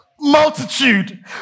multitude